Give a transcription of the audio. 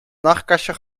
nachtkastje